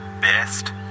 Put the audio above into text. best